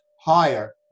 higher